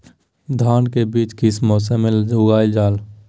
धान के बीज किस मौसम में उगाईल जाला?